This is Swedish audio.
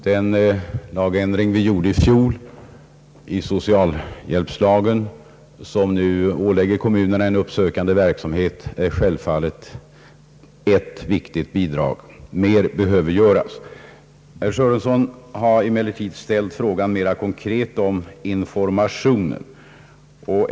Den ändring i socialhjälpslagen som vi gjorde i fjol, varigenom kommunerna åläggs en uppsökande verksamhet, är självfallet ett viktigt bidrag, men mer behöver göras. Herr Sörenson har emellertid ställt en mera konkret fråga om informationen.